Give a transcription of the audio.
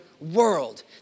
world